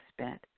spent